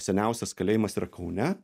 seniausias kalėjimas yra kaune